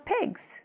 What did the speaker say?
pigs